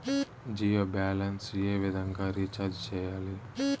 Jio balance ఏ విధంగా recharge సేయాలి?